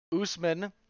Usman